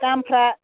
दामफ्रा